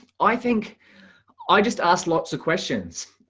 i think i just asked lots of questions.